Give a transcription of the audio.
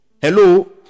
hello